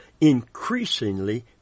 increasingly